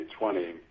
2020